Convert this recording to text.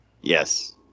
yes